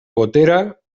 gotera